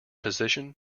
position